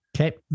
Okay